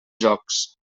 jocs